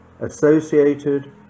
associated